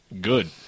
Good